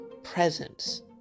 presence